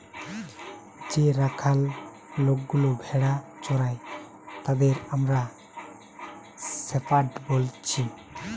যে রাখাল লোকগুলা ভেড়া চোরাই তাদের আমরা শেপার্ড বলছি